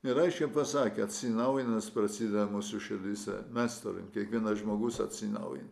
ir aiškiai pasakė atsinaujinimas prasideda mūsų širdyse mes turim kiekvienas žmogus atsinaujint